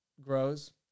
grows